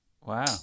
Wow